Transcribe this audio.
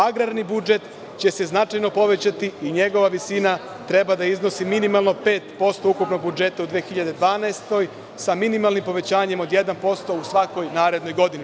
Agrarni budžet će se značajno povećati i njegova visina treba da iznosi minimalno 5% ukupnog budžeta u 2012. godini sa minimalnim povećanjem od 1% u svakoj narednoj godini.